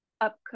up